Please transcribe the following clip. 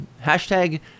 hashtag